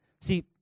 See